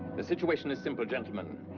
the situation is simple, gentlemen.